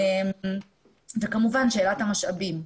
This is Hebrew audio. וכמובן שאלת המשאבים.